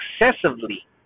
excessively